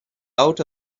out